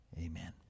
Amen